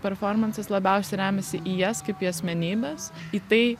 performansas labiausiai remiasi į jas kaip į asmenybes į tai